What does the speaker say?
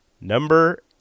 Number